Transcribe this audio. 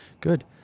good